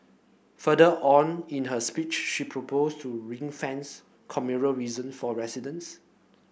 further on in her speech she proposed to ring fence communal reason for residents